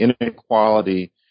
inequality